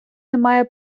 немає